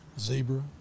Zebra